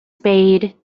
spade